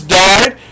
died